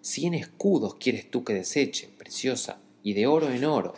cien escudos quieres tú que deseche preciosa y de oro en oro